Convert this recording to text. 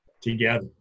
together